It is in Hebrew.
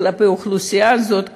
כלפי האוכלוסייה הזאת,